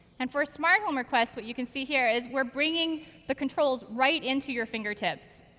and for smart home requests what you can see here is we're bringing the controls right into your fingertips.